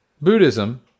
Buddhism